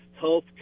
health